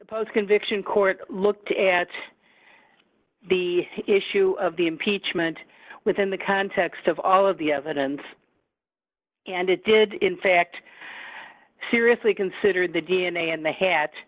post conviction court looked at the issue of the impeachment within the context of all of the evidence and it did in fact seriously consider the d n a in the hat